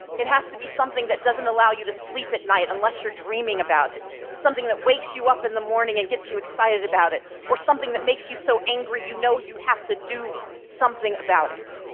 it has to be something that doesn't allow you to sleep at night unless you're dreaming about it something that wakes you up in the morning and gets you excited about it or something that makes you so angry, you know you have to do something about it.